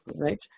right